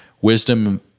wisdom